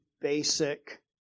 basic